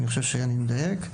אני חושב שאני מדייק.